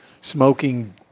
Smoking